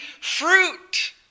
fruit